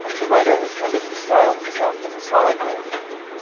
the writer has tended to style himself as a solitary figure,